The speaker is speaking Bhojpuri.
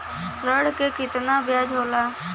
ऋण के कितना ब्याज होला?